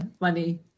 money